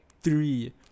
three